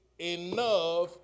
Enough